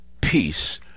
peace